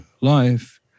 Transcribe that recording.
life